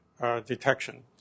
detection